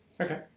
Okay